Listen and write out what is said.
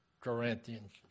Corinthians